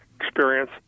experience